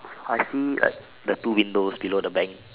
I see uh the two windows below the bank